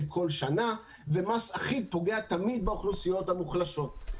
כל שנה ומס אחיד פוגע תמיד באוכלוסיית המוחלשות,